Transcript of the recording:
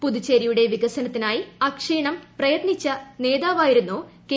പുതുച്ചേരിയുടെ വികസനത്തിനായി അക്ഷീണം പ്രയത്നിച്ച നേതാവായിരുന്നു കെ